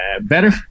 Better